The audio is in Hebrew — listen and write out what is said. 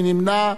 מי נמנע?